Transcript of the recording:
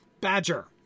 badger